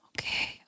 okay